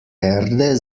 erde